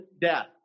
death